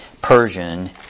Persian